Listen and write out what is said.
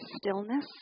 stillness